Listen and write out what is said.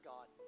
God